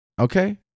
okay